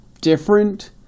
different